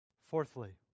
Fourthly